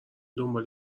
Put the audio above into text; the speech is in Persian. دنبال